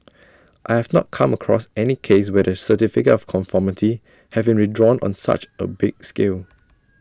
I have not come across any case where the certificate of conformity have been withdrawn on such A big scale